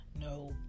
No